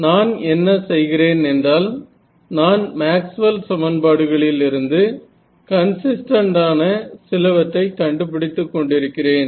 நான் என்ன செய்கிறேன் என்றால் நான் மேக்ஸ்வெல் சமன்பாடுகளிலிருந்து கன்சிஸ்டன்ட் ஆன சிலவற்றை கண்டுபிடித்துக் கொண்டிருக்கிறேன்